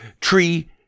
Tree